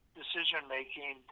decision-making